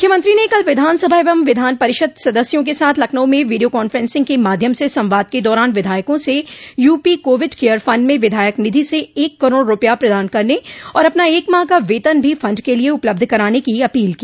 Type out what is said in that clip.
मुख्यमंत्री ने कल विधान सभा एवं विधान परिषद सदस्यों के साथ लखनऊ में वीडियो कांफ्रेंसिंग के माध्यम से संवाद के दौरान विधायकों से यूपी कोविड केयर फंड में विधायक निधि से एक करोड़ रूपया प्रदान करने और अपना एक माह का वेतन भी फंड के लिये उपलब्ध कराने की अपील की